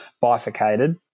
bifurcated